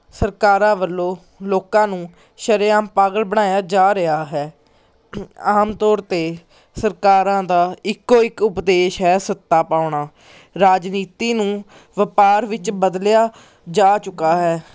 ਸਰਕਾਰਾਂ ਵੱਲੋਂ ਲੋਕਾਂ ਨੂੰ ਸ਼ਰੇਆਮ ਪਾਗਲ ਬਣਾਇਆ ਜਾ ਰਿਹਾ ਹੈ ਆਮ ਤੌਰ 'ਤੇ ਸਰਕਾਰਾਂ ਦਾ ਇੱਕੋ ਇੱਕ ਉਪਦੇਸ਼ ਹੈ ਸੱਤਾ ਪਾਉਣਾ ਰਾਜਨੀਤੀ ਨੂੰ ਵਪਾਰ ਵਿੱਚ ਬਦਲਿਆ ਜਾ ਚੁੱਕਾ ਹੈ